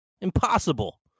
Impossible